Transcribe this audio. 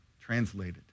Translated